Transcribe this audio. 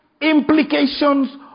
implications